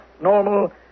normal